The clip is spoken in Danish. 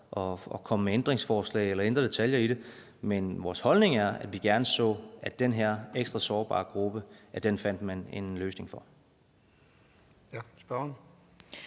at komme med ændringsforslag eller ændre detaljer i det. Men vores holdning er, at vi gerne så, at man fandt en løsning for